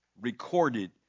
recorded